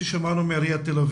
חגי, את מדבר